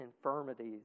infirmities